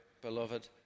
beloved